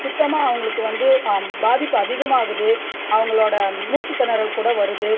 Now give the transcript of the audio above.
சுத்தமாக அவங்களுக்கு வந்து பாதிப்பு அதிகமாகுது அவங்களோட மூச்சுத் திணறல் கூட வருது